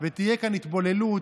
אז למה אתם מנפחים את הנורבגי?